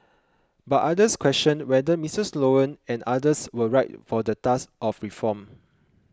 but others questioned whether Mister Sloan and others were right for the task of reform